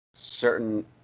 Certain